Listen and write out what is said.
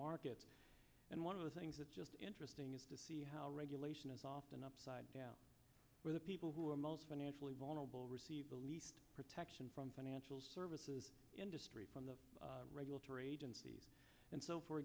markets and one of the things that's just interesting is to see how regulation is often upside down where the people who are most financially vulnerable receive the least protection from financial services industry from the regulatory agencies and so for